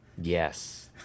Yes